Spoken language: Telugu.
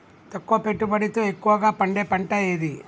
తక్కువ పెట్టుబడితో ఎక్కువగా పండే పంట ఏది?